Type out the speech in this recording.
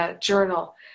journal